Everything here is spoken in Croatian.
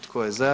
Tko je za?